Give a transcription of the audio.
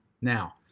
now